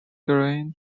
green